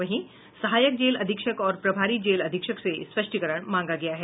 वहीं सहायक जेल अधीक्षक और प्रभारी जेल अधीक्षक से स्पष्टीकरण मांगा गया है